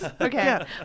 Okay